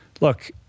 look